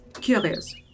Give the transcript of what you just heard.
curious